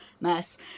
mess